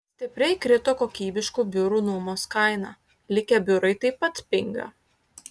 stipriai krito kokybiškų biurų nuomos kaina likę biurai taip pat pinga